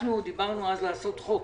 דיברנו אז לעשות חוק.